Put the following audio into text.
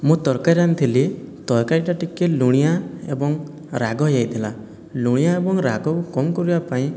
ମୁଁ ତରକାରୀ ରାନ୍ଧିଥିଲି ତରକାରୀଟା ଟିକେ ଲୁଣିଆ ଏବଂ ରାଗ ହୋଇଯାଇଥିଲା ଲୁଣିଆ ଏବଂ ରାଗକୁ କମ କରିବା ପାଇଁ